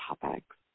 topics